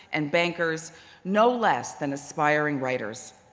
and bankers no less than aspiring writers.